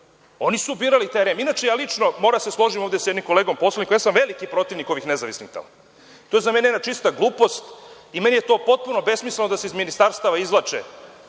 Oni su birali taj REM. Inače, ja lično, moram da se složim ovde sa jednim kolegom poslanikom, veliki sam protivnik ovih nezavisnih tela. To je za mene jedna čista glupost i meni je to potpuno besmisleno, da se iz ministarstava izvlače